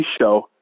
show